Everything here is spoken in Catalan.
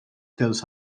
dels